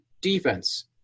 defense